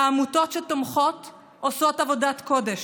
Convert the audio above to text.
העמותות שתומכות עושות עבודת קודש,